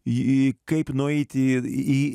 jį kaip nueiti į